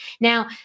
Now